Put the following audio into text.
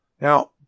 Now